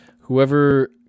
Whoever